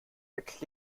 wirklich